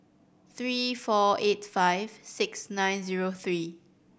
three four eight five six nine zero three